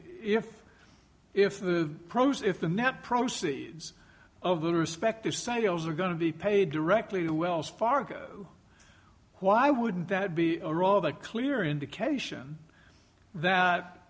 if if the pros if the net proceeds of the respective sales are going to be paid directly the wells fargo why wouldn't that be are all that clear indication that